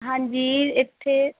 ਹਾਂਜੀ ਇੱਥੇ